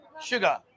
Sugar